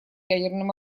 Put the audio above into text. ядерным